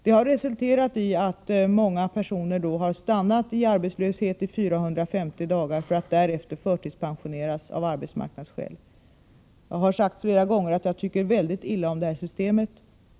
Det har resulterat i att många personer har stannat i arbetslöshet i 450 dagar för att därefter förtidspensioneras av arbetsmarknadsskäl. Jag har sagt flera gånger att jag tycker väldigt illa om det här systemet.